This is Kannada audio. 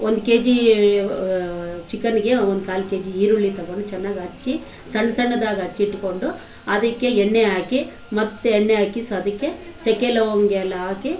ಒಂದು ಕೆಜಿ ಚಿಕನ್ನಿಗೆ ಒಂದು ಕಾಲು ಕೆಜಿ ಈರುಳ್ಳಿ ತೊಗೊಂಡು ಚೆನ್ನಾಗಿ ಹೆಚ್ಚಿ ಸಣ್ಣ ಸಣ್ಣದಾಗಿ ಹೆಚ್ಚಿಟ್ಕೊಂಡು ಅದಕ್ಕೆ ಎಣ್ಣೆ ಹಾಕಿ ಮತ್ತು ಎಣ್ಣೆ ಹಾಕಿ ಸೊ ಅದಕ್ಕೆ ಚಕ್ಕೆ ಲವಂಗ ಎಲ್ಲ ಹಾಕಿ